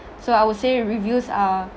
so I would say reviews are